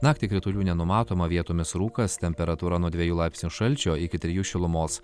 naktį kritulių nenumatoma vietomis rūkas temperatūra nuo dvejų laipsnių šalčio iki trijų šilumos